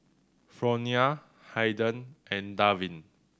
Fronia Haiden and Davin